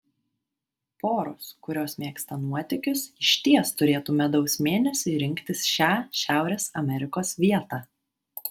poros kurios mėgsta nuotykius išties turėtų medaus mėnesiui rinktis šią šiaurės amerikos vietą